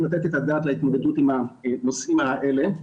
לתת את הדעת להתמודדות עם הנושאים האלה.